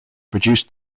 produced